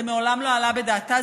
זה מעולם לא עלה בדעתה,